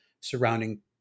surrounding